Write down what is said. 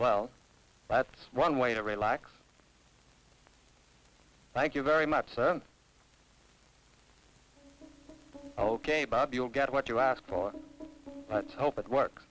well that's one way to relax thank you very much sam ok bob you'll get what you ask for help at work